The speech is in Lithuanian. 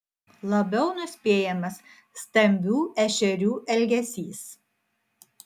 labiau nuspėjamas stambių ešerių elgesys